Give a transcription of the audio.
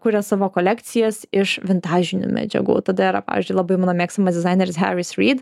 kuria savo kolekcijas iš vintažinių medžiagų tada yra pavyzdžiui labai mano mėgstamas dizaineris heris ryd